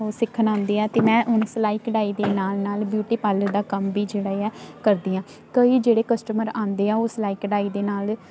ਉਹ ਸਿੱਖਣ ਆਉਂਦੇ ਆ ਅਤੇ ਮੈਂ ਹੁਣ ਸਿਲਾਈ ਕਢਾਈ ਦੇ ਨਾਲ ਨਾਲ ਬਿਊਟੀ ਪਾਰਲਰ ਦਾ ਕੰਮ ਵੀ ਜਿਹੜਾ ਆ ਕਰਦੀ ਹਾਂ ਕਈ ਜਿਹੜੇ ਕਸਟਮਰ ਆਉਂਦੇ ਆ ਉਹ ਸਿਲਾਈ ਕਢਾਈ ਦੇ ਨਾਲ